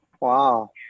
Wow